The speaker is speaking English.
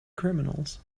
criminals